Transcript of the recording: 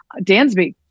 Dansby